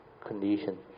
condition